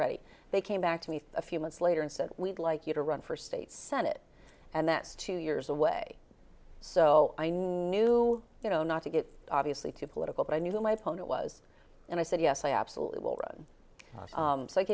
ready they came back to me a few months later and said we'd like you to run for state senate and that's two years away so i knew you know not to get obviously too political but i knew that my opponent was and i said yes i absolutely will run